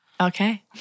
Okay